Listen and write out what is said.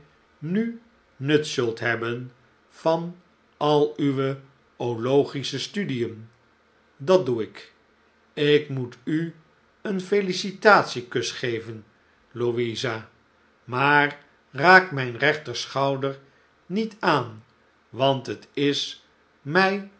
nu nut zult hebben van al uwe ologische studien dat doe ik ik moet u een felicitatie kus geven louisa maar raak mijn rechterschouder niet aan want het is mij